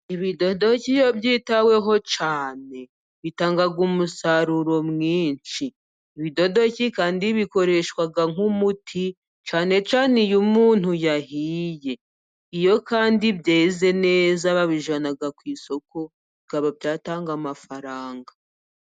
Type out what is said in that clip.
Ibidodoki iyo byitaweho cyane, bitanga umusaruro mwinshi. Ibidodoki kandi bikoreshwa nk'umuti, cyane cyane iyo umuntu yahiye. Iyo kandi byeze neza babijyana ku isoko bikaba byatanga amafaranga.